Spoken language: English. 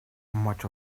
much